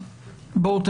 כנראה הבעיה אצלנו.